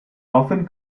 often